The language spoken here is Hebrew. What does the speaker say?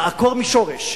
לעקור משורש,